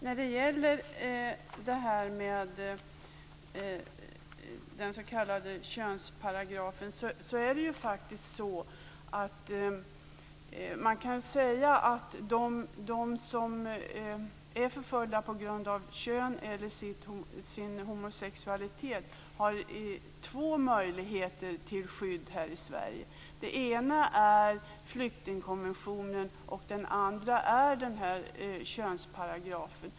När det gäller den s.k. könsparagrafen kan man säga att de som är förföljda på grund av kön eller sin homosexualitet har två möjligheter till skydd här i Sverige. Den ena är flyktingkonventionen, och den andra är den här könsparagrafen.